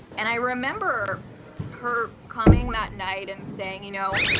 and i remember her coming that night and saying, you know,